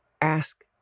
ask